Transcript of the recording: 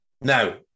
Now